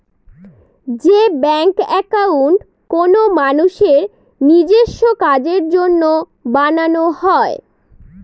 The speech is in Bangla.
যে ব্যাঙ্ক একাউন্ট কোনো মানুষের নিজেস্ব কাজের জন্য বানানো হয়